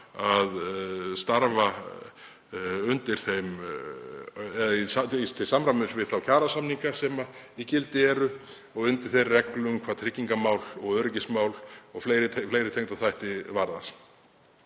að starfa undir þeim til samræmis við þá kjarasamninga sem í gildi eru og undir ákveðinni reglu hvað tryggingamál og öryggismál og fleiri tengda þætti varðar.